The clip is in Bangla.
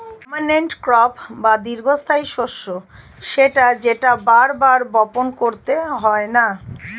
পার্মানেন্ট ক্রপ বা দীর্ঘস্থায়ী শস্য সেটা যেটা বার বার বপণ করতে হয়না